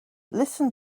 listen